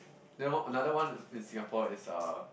then what another one in Singapore is uh